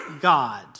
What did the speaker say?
God